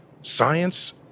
science